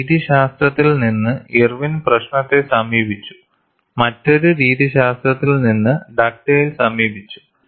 ഒരു രീതിശാസ്ത്രത്തിൽ നിന്ന് ഇർവിൻ പ്രശ്നത്തെ സമീപിച്ചു മറ്റൊരു രീതിശാസ്ത്രത്തിൽ നിന്ന് ഡഗ്ഡേൽ സമീപിച്ചു